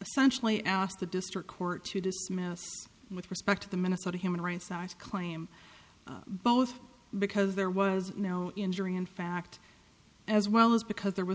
essentially asked the district court to dismiss with respect to the minnesota human rights i claim both because there was no injury in fact as well as because there was